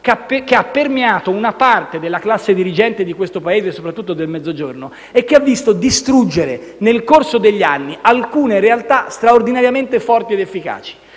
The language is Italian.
che ha permeato una parte della classe dirigente di questo Paese, soprattutto del Mezzogiorno, e che ha visto distruggere, nel corso degli anni, alcune realtà straordinariamente forti ed efficaci.